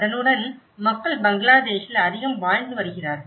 அதனுடன் மக்கள் பங்களாதேஷில் அதிகம் வாழ்ந்து வருகிறார்கள்